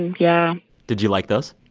yeah did you like those?